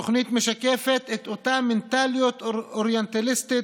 התוכנית משקפת את אותה מנטליות אוריינטליסטית